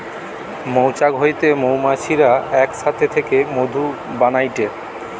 মৌচাক হইতে মৌমাছিরা এক সাথে থেকে মধু বানাইটে